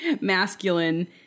masculine